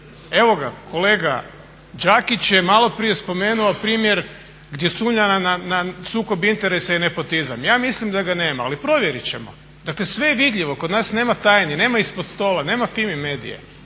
Evo ga, kolega Đakić je malo prije spomenuo primjer gdje sumnja na sukob interesa i nepotizam. Ja mislim da ga nema, ali provjerit ćemo. Dakle, sve je vidljivo. Kod nas nema tajni, nema ispod stola, nema FIMI Medie